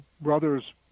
brother's